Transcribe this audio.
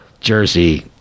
Jersey